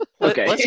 Okay